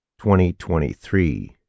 2023